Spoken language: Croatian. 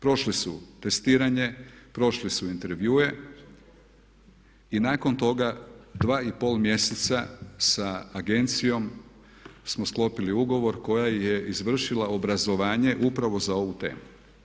Prošli su testiranje, prošli su intervjue i nakon toga dva i pol mjeseca sa agencijom smo sklopili ugovor koja je izvršila obrazovanje upravo za ovu temu.